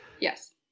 Yes